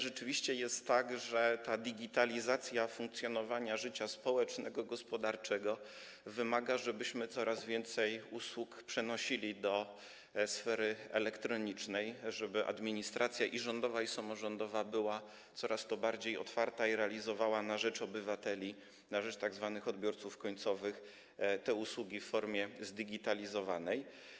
Rzeczywiście jest tak, że ta digitalizacja funkcjonowania życia społecznego, gospodarczego wymaga, żebyśmy coraz więcej usług przenosili do sfery elektronicznej, żeby administracja - i rządowa, i samorządowa - była coraz bardziej otwarta i realizowała na rzecz obywateli, na rzecz tzw. odbiorców końcowych, te usługi w formie zdigitalizowanej.